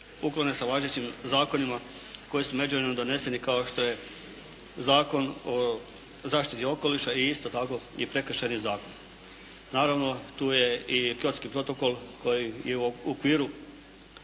uklone sa važećim zakonima koji su u međuvremenu doneseni kao što je Zakon o zaštiti okoliša i isto tako i Prekršajni zakon. Naravno, tu je i hrvatski protokol koji je u okviru